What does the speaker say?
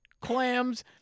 clams